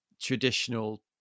traditional